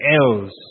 else